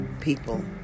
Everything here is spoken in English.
people